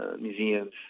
museums